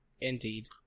Indeed